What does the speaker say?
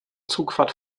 zugfahrt